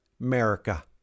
America